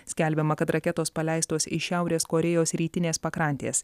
skelbiama kad raketos paleistos iš šiaurės korėjos rytinės pakrantės